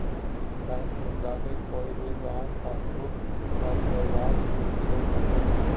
bank मे जाके कोय भी गाहक पासबुक पर ब्यौरा ले सको हय